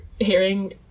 hearing